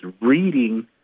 reading